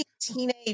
teenage